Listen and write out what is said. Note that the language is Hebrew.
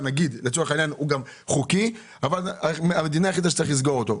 לצורך העניין הוא היה חוקי אבל המדינה החליטה שצריך לסגור אותו.